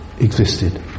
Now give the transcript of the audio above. existed